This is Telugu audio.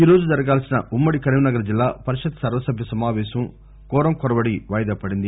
ఈ రోజు జరగాల్సిన ఉమ్మడి కరీంనగర్ జిల్లా పరిషత్ సర్వ సభ్య సమావేశం కోరం లేక వాయిదా పడింది